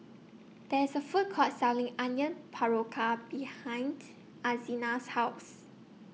There IS A Food Court Selling Onion Pakora behind Alzina's House